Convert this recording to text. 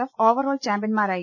F overall ചാംപ്യൻമാരായി